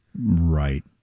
Right